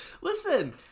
Listen